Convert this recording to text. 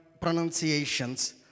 pronunciations